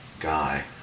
guy